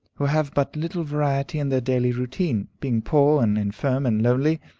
who have but little variety in their daily routine, being poor, and infirm, and lonely.